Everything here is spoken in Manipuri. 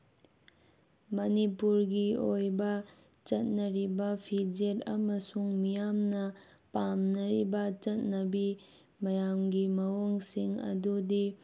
ꯃꯅꯤꯄꯨꯔꯒꯤ ꯑꯣꯏꯕ ꯆꯠꯅꯔꯤꯕ ꯐꯤꯖꯦꯠ ꯑꯃꯁꯨꯡ ꯃꯤꯌꯥꯝꯅ ꯄꯥꯝꯅꯔꯤꯕ ꯆꯠꯅꯕꯤ ꯃꯌꯥꯝꯒꯤ ꯃꯑꯣꯡꯁꯤꯡ ꯑꯗꯨꯗꯤ